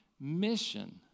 mission